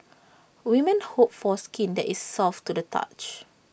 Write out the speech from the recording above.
women hope for skin that is soft to the touch